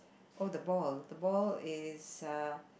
oh the ball the ball is uh